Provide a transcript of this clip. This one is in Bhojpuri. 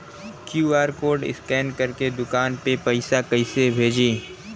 क्यू.आर कोड स्कैन करके दुकान में पैसा कइसे भेजी?